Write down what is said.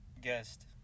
guest